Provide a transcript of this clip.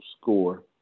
score